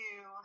two